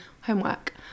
homework